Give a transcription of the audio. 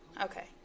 Okay